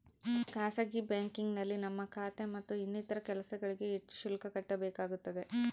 ಖಾಸಗಿ ಬ್ಯಾಂಕಿಂಗ್ನಲ್ಲಿ ನಮ್ಮ ಖಾತೆ ಮತ್ತು ಇನ್ನಿತರ ಕೆಲಸಗಳಿಗೆ ಹೆಚ್ಚು ಶುಲ್ಕ ಕಟ್ಟಬೇಕಾಗುತ್ತದೆ